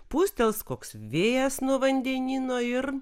pūstels koks vėjas nuo vandenyno ir